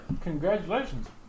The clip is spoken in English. Congratulations